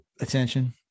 attention